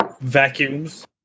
vacuums